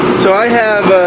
so i have